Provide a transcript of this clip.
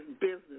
business